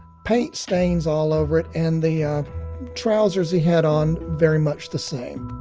paint stains all over it. and the trousers he had on, very much the same